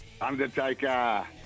Undertaker